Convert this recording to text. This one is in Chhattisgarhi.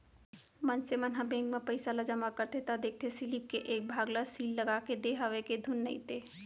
मनसे मन ह बेंक म पइसा ल जमा करथे त देखथे सीलिप के एक भाग ल सील लगाके देय हवय के धुन नइते